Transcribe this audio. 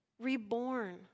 reborn